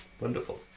Wonderful